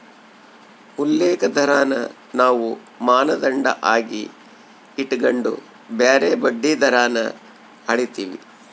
ಉಲ್ಲೇಖ ದರಾನ ನಾವು ಮಾನದಂಡ ಆಗಿ ಇಟಗಂಡು ಬ್ಯಾರೆ ಬಡ್ಡಿ ದರಾನ ಅಳೀತೀವಿ